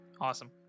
Awesome